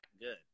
good